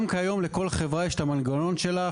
גם היום, לכל חברה יש את המנגנון שלה.